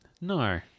No